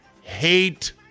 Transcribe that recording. hate